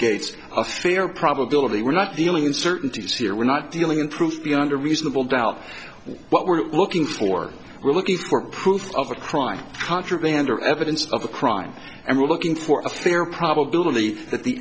gates affair probability we're not dealing in certainties here we're not dealing in proof beyond a reasonable doubt what we're looking for we're looking for proof of a crime contraband or evidence of a crime and we're looking for a fair probability that the